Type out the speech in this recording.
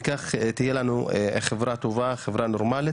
וכך תהיה לנו חברה טובה, חברה נורמלית,